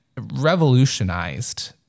revolutionized